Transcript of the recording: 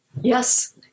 Yes